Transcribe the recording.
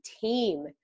team